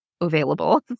available